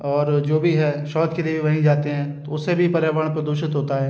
और जो भी है शौच के लिए भी वहीं जाते हैं तो उससे भी पर्यावरण प्रदूषित होता है